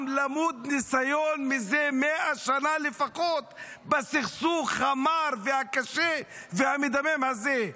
עם למוד ניסיון מזה 100 שנה לפחות בסכסוך המר והקשה והמדמם הזה.